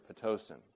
Pitocin